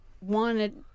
wanted